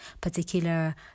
particular